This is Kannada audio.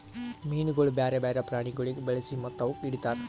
ಮೀನುಗೊಳ್ ಬ್ಯಾರೆ ಬ್ಯಾರೆ ಪ್ರಾಣಿಗೊಳಿಗ್ ಬಳಸಿ ಮತ್ತ ಅವುಕ್ ಹಿಡಿತಾರ್